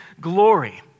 glory